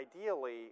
ideally